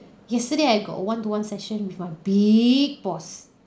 yesterday I got one to one session with my big boss